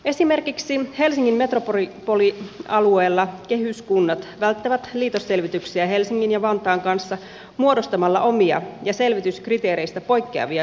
esimerkiksi helsingin metropolialueella kehyskunnat välttävät liitosselvityksiä helsingin ja vantaan kanssa muodostamalla omia ja selvityskriteereistä poikkeavia selvitysalueita